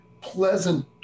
pleasant